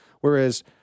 Whereas